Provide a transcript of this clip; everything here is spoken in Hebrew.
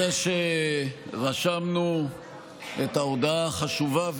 אחרי שרשמנו את ההודעה החשובה,